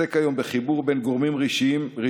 עוסק היום בחיבור בין גורמים רשמיים